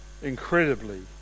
Incredibly